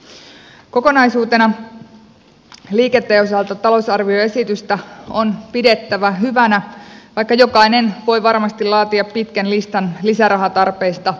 kokonaisuutena liikenteen osalta talousarvioesitystä on pidettävä hyvänä vaikka jokainen voi varmasti laatia pitkän listan lisärahatarpeista